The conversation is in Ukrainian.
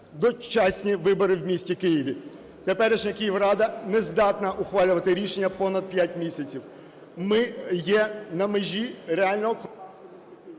дочасні вибори в місті Києві. Теперішня Київрада не здатна ухвалювати рішення понад 5 місяців. Ми є на межі реального колапсу…